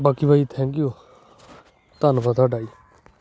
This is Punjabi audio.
ਬਾਕੀ ਭਾਅ ਜੀ ਥੈਂਕ ਯੂ ਧੰਨਵਾਦ ਤੁਹਾਡਾ ਜੀ